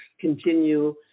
continue